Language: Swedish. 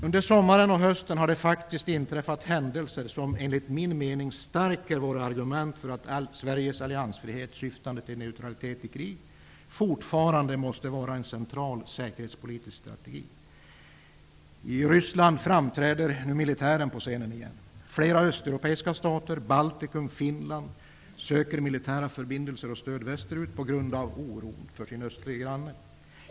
Under sommaren och hösten har det faktiskt inträffat händelser som enligt min mening stärker våra argument för att Sveriges alliansfrihet syftande till neutralitet i krig fortfarande måste vara en central säkerhetspolitisk strategi. I Ryssland framträder nu militären på scenen igen. Flera östeuropeiska stater, Baltikum och Finland söker militära förbindelser och stöd västerut på grund av oron för sin östlige granne.